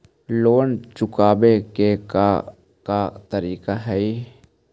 Loan चुकावे के का का तरीका हई?